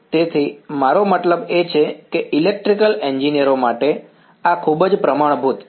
તેથી મારો મતલબ એ છે કે ઇલેક્ટ્રિકલ એન્જિનિયરો માટે આ ખૂબ જ પ્રમાણભૂત છે